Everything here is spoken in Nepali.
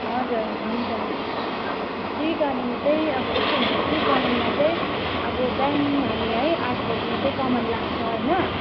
हजुर हुन्छ टी गार्डन चाहिँ अब यस्तो हुन्छ कि कमानमा चाहिँ अब बिहान हामी है आठ बजी चाहिँ कमान लाग्छ होइन